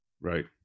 Right